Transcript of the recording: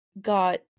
got